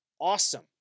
awesome